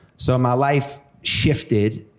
so my life shifted,